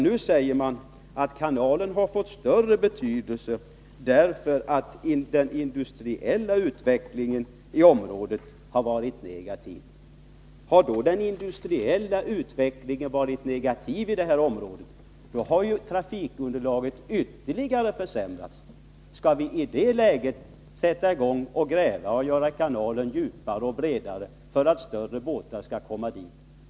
Nu säger man att kanalen har fått större betydelse därför att den industriella utvecklingen i området har varit negativ. Har den industriella utvecklingen varit negativ i området, har ju trafikunderlaget ytterligare försämrats. Skall vi i det läget sätta i gång att gräva och göra kanalen djupare och bredare för att större båtar skall komma dit?